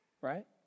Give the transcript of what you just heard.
right